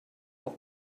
auch